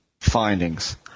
findings